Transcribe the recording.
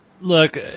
Look